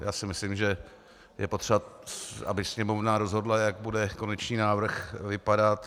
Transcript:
Já si myslím, že je potřeba, aby Sněmovna rozhodla, jak bude konečný návrh vypadat.